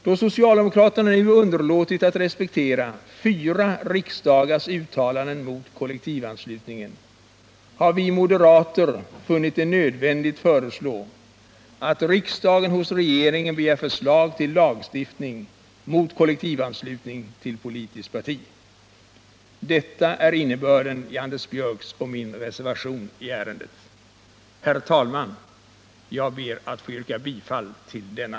Då socialdemokraterna underlåtit att respektera fyra riksdagars uttalanden mot kollektivanslutningen, har vi moderater funnit det nödvändigt att riksdagen hos regeringen begär förslag till lagstiftning mot kollektivanslutning till politiskt parti. Detta är innebörden i Anders Björcks och min reservation i ärendet. Herr talman! Jag ber att få yrka bifall till denna.